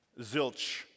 zilch